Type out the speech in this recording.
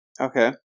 Okay